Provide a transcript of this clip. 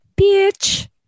Bitch